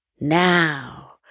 Now